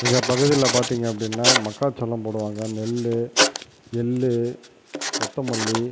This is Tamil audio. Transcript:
எங்கள் பகுதியில் பார்த்திங்க அப்படினால் மக்காச்சோளம் போடுவாங்க நெல் எள் கொத்தமல்லி